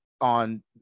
on